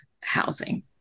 housing